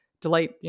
delight